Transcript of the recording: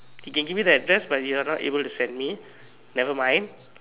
he can give me the address but not able to send me nevermind